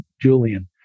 Julian